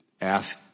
ask